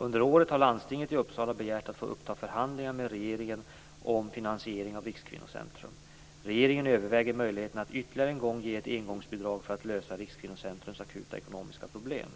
Under året har landstinget i Uppsala begärt att få uppta förhandlingar med regeringen om finansieringen av Rikskvinnocentrum. Regeringen överväger möjligheten att ytterligare en gång ge ett engångsbidrag för att lösa Rikskvinnocentrums akuta ekonomiska problem.